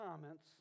comments